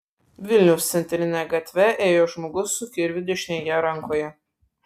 vilniaus centrine gatve ėjo žmogus su kirviu dešinėje rankoje